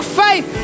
faith